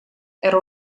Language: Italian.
era